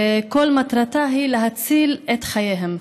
שכל מטרתה היא להציל את חייהם,